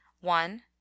one